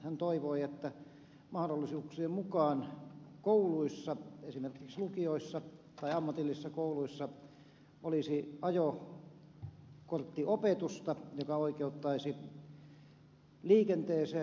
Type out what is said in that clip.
hän toivoi että mahdollisuuksien mukaan kouluissa esimerkiksi lukioissa tai ammatillisissa kouluissa olisi ajokorttiopetusta joka oikeuttaisi liikenteeseen moottoriajoneuvolla